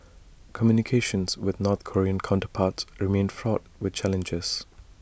communications with north Korean counterparts remain fraught with challenges